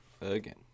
Again